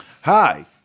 Hi